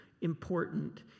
important